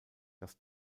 das